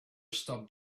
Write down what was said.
stop